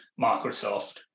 Microsoft